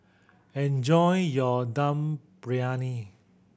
enjoy your Dum Briyani